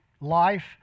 life